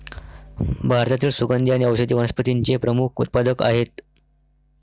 भारतातील सुगंधी आणि औषधी वनस्पतींचे प्रमुख उत्पादक आहेत